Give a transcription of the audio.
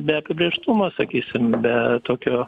be apibrėžtumo sakysim be tokio